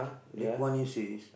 Lee Kuan Yew says